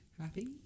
Happy